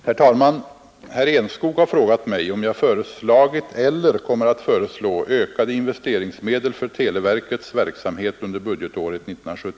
Herr talman! Herr Enskog har frågat mig om jag föreslagit eller kommer att föreslå ökade investeringsmedel för televerkets verksamhet under budgetåret 1971/72.